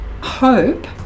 hope